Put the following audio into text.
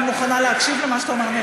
אני מוכנה להקשיב למה שאתה אומר,